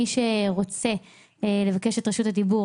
מי שרוצה לבקש את רשות הדיבור,